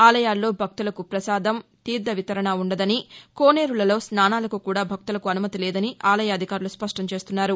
ఆలయాల్లో భక్తులకు ప్రసాదం తీర్థం వితరణ ఉండదని కోనేరులలో స్నానాలకు కూడా భక్తులకు అనుమతిలేదని ఆలయాల అధికారులు స్పష్టం చేస్తున్నారు